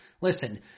Listen